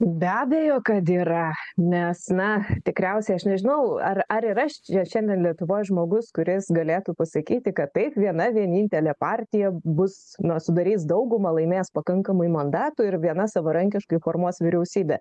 be abejo kad yra nes na tikriausiai aš nežinau ar ar yra šiandien lietuvoj žmogus kuris galėtų pasakyti kad taip viena vienintelė partija bus na sudarys daugumą laimės pakankamai mandatų ir viena savarankiškai formuos vyriausybę